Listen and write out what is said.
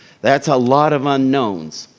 that's a lot of unknowns.